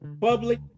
public